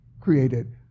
created